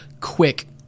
quick